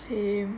same